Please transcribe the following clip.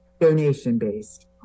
donation-based